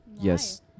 Yes